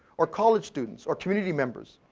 or college students, or community members.